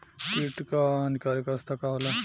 कीट क हानिकारक अवस्था का होला?